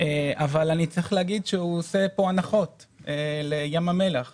אבל אני צריך להגיד שהוא עושה פה הנחות לחברה, כי